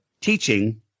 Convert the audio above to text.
teaching